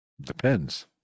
Depends